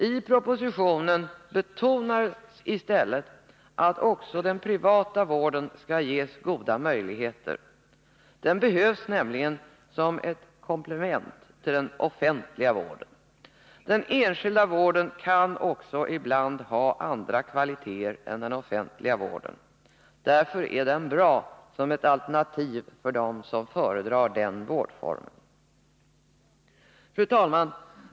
I propositionen betonas i stället att även den privata vården skall ges goda möjligheter. Den behövs nämligen som ett komplement till den offentliga vården. Den enskilda vården kan också ibland ha andra kvaliteter än den offentliga vården. Därför är den bra som ett alternativ för dem som föredrar den vårdformen. Fru talman!